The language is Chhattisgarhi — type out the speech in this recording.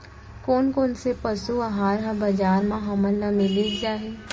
कोन कोन से पसु आहार ह बजार म हमन ल मिलिस जाही?